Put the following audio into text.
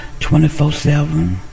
24-7